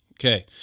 Okay